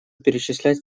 перечислять